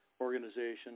organization